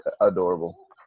adorable